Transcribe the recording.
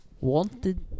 Wanted